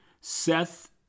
Seth